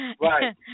Right